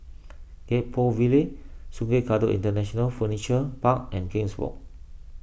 Gek Poh Ville Sungei Kadut International Furniture Park and King's Walk